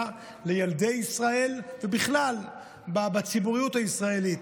לילדי ישראל ובכלל בציבוריות הישראלית.